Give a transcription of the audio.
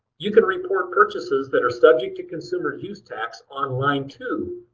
you can report purchases that are subject to consumer's use tax on line two,